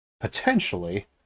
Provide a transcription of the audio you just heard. potentially